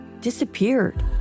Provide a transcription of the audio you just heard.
disappeared